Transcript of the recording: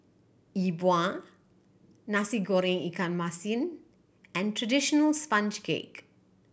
Yi Bua Nasi Goreng ikan masin and traditional sponge cake